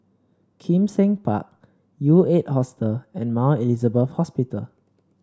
Kim Seng Park U Eight Hostel and Mount Elizabeth Hospital